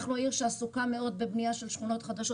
אנחנו עיר שעסוקה מאוד בבנייה של שכונות חדשות.